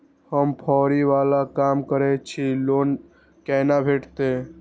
हम फैरी बाला काम करै छी लोन कैना भेटते?